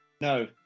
No